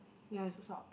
ya it's a sock